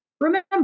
remember